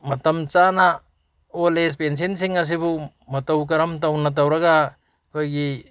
ꯃꯇꯝ ꯆꯥꯅ old age ꯄꯦꯟꯁꯤꯟꯁꯤꯡ ꯑꯁꯤꯕꯨ ꯃꯇꯧ ꯀꯔꯝ ꯇꯧꯅ ꯇꯧꯔꯒ ꯑꯩꯈꯣꯏꯒꯤ